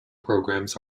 programs